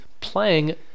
playing